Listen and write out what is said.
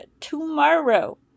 tomorrow